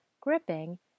gripping